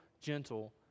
gentle